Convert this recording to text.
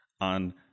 on